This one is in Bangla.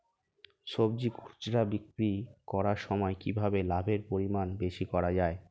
সবজি খুচরা বিক্রি করার সময় কিভাবে লাভের পরিমাণ বেশি করা যায়?